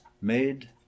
made